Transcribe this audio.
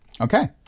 Okay